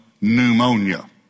pneumonia